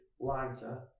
lighter